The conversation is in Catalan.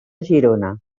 girona